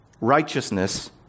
righteousness